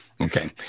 Okay